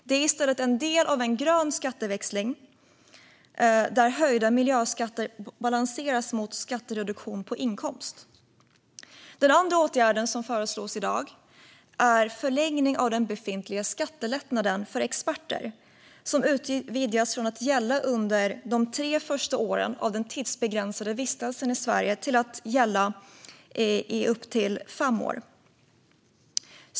Det är i stället en del av en grön skatteväxling, där höjda miljöskatter balanseras mot skattereduktion på inkomst. Den andra åtgärden som föreslås i dag är en förlängning av den befintliga skattelättnaden för experter, som utvidgas från att gälla under de tre första åren av den tidsbegränsade vistelsen i Sverige till att gälla i upp till fem år.